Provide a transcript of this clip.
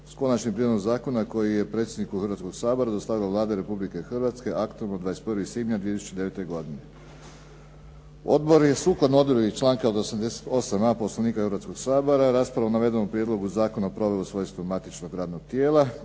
sa konačnim prijedlogom zakona koji je predsjedniku Hrvatskoga sabora dostavila Vlada Republike Hrvatske aktom od 21. svibnja 2009. godine. Odbor je sukladno odredbi članka 88.a Poslovnika Hrvatskoga sabora raspravu o navedenom prijedlogu zakona proveo u svojstvu matičnog radnog tijela